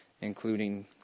including